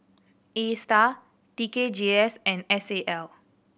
Astar T K G S and S A L